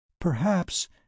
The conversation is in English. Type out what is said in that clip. Perhaps